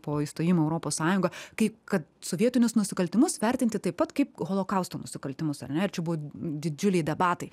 po įstojimo į europos sąjungą kai kad sovietinius nusikaltimus vertinti taip pat kaip holokausto nusikaltimus ar ne ir čia buvo didžiuliai debatai